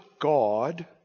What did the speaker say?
God